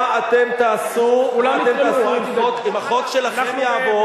מה אתם תעשו, כולם יתרמו, אל תדאגי.